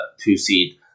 two-seed